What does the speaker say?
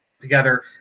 together